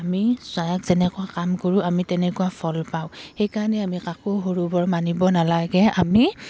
আমি চায়াক যেনেকুৱা কাম কৰোঁ আমি তেনেকুৱা ফল পাওঁ সেইকাৰণে আমি কাকো সৰু বৰ মানিব নালাগে আমি